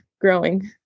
growing